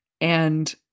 And-